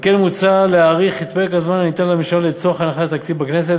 על כן מוצע להאריך את פרק הזמן הניתן לממשלה לצורך הנחת תקציב בכנסת,